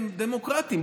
הם דמוקרטים.